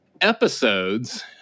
episodes